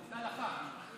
תודה לך.